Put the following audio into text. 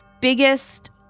biggest